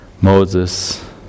Moses